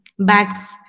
back